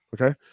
okay